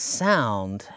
sound